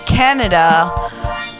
Canada